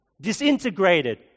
disintegrated